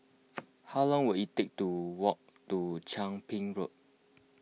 how long will it take to walk to Chia Ping Road